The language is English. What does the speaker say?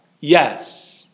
Yes